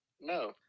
No